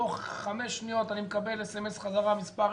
תוך חמש שניות, אני מקבל SMS חזרה מספר רכב.